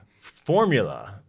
formula